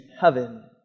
heaven